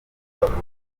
bavuga